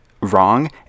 wrong